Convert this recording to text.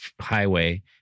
highway